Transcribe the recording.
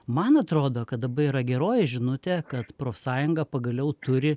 man atrodo kad dabar yra geroji žinutė kad profsąjunga pagaliau turi